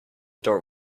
door